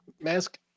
mask